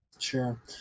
sure